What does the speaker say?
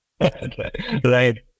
right